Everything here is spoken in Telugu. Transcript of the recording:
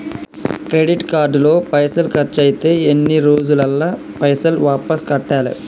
క్రెడిట్ కార్డు లో పైసల్ ఖర్చయితే ఎన్ని రోజులల్ల పైసల్ వాపస్ కట్టాలే?